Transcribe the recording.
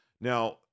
Now